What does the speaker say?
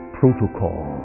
protocol